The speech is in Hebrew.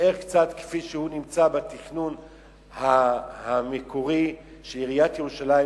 שיישאר קצת כפי שהוא נמצא בתכנון המקורי של עיריית ירושלים,